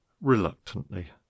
reluctantly